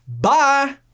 bye